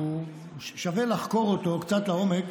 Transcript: ששווה לחקור אותו קצת לעומק,